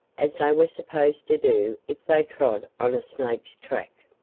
as they were supposed to do if they trod on a snake's track.